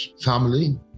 family